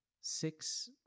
six